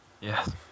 Yes